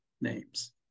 names